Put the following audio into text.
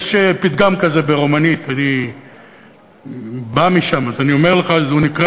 יש פתגם כזה ברומנית, אני בא משם, הוא נקרא: